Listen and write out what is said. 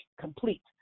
complete